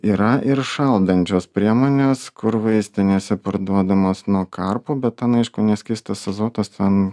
yra ir šaldančios priemonės kur vaistinėse parduodamos nuo karpų bet nu aišku ne skystas azotas ten